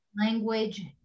language